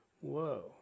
Whoa